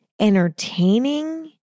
entertaining